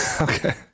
Okay